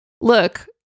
look